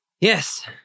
Yes